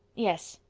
yes,